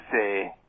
say